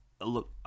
look